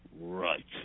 Right